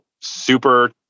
super